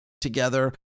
together